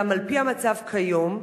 אולם על-פי המצב כיום,